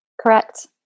Correct